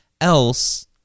else